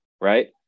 right